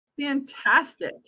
Fantastic